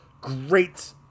great